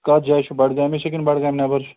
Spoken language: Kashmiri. کَتھ جایہِ چھُو بَڈگامی چھا کِنہٕ بڈگامہِ نٮ۪بر چھُ